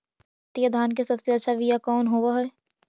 बसमतिया धान के सबसे अच्छा बीया कौन हौब हैं?